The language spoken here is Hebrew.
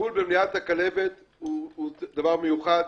טיפול במניעת הכלבת הוא דבר מיוחד,